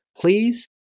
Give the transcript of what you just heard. Please